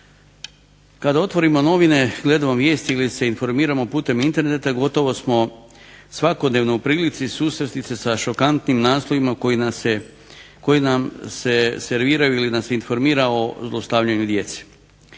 Kada otvorimo novine ili gledamo vijesti ili se informiramo putem Interneta gotovo smo svakodnevno u prilici susresti se sa šokantnim naslovima kojima nas se informira o zlostavljanju djece.